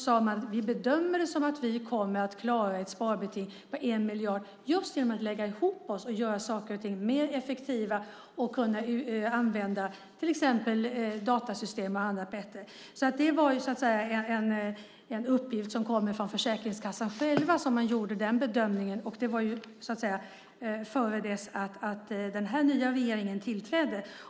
Man sade att man bedömer det som att man kommer att klara ett sparbeting på 1 miljard just genom att lägga ihop försäkringskassor och göra saker och ting mer effektiva och använda till exempel datasystem och annat bättre. Det var en uppgift som kom från försäkringskassorna själva. Man gjorde den bedömningen. Det var innan den nya regeringen tillträdde.